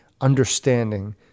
understanding